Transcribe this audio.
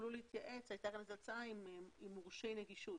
יוכלו להתייעץ - הייתה כאן הצעה עם מורשי נגישות.